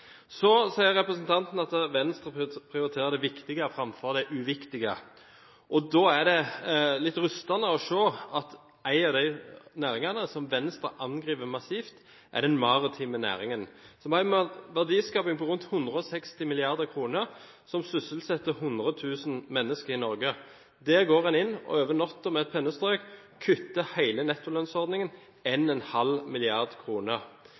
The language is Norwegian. Så sier representanten at Venstre prioriterer det viktige framfor det uviktige. Da er det litt rystende å se at en av de næringene som Venstre angriper massivt, er den maritime næringen, som har en verdiskaping på rundt 160 mrd. kr, og som sysselsetter 100 000 mennesker i Norge. Der går en inn og over natta med et pennestrøk kutter hele nettolønnsordningen